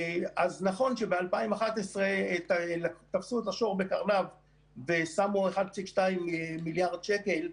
אז נכון שב-2011 תפסו את השור בקרניו ושמו 1.2 מיליארד שקלים.